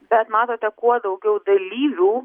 bet matote kuo daugiau dalyvių